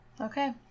Okay